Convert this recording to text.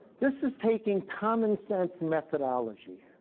this is taking commonsense methodology.